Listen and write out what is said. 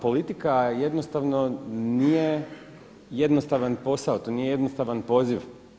Politika jednostavno nije jednostavan posao to nije jednostavan poziv.